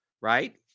right